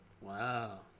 Wow